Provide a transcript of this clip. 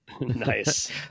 Nice